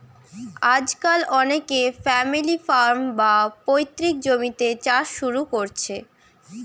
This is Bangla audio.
আজকাল অনেকে ফ্যামিলি ফার্ম, বা পৈতৃক জমিতে চাষ শুরু কোরছে